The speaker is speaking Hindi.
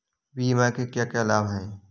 बीमा के क्या क्या लाभ हैं?